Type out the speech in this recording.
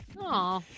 Aw